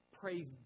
Praise